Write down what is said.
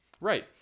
right